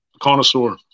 connoisseur